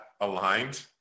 aligned